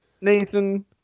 Nathan